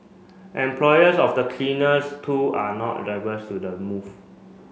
employers of the cleaners too are not adverse to the move